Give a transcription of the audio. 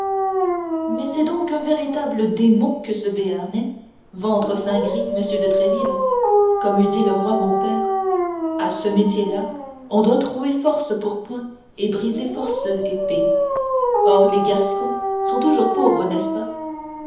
mais c'est donc un véritable démon que ce béarnais ventresaint gris monsieur de tréville comme eût dit le roi mon père à ce métier-là on doit trouer force pourpoints et briser force épées or les gascons sont toujours pauvres n'est-ce pas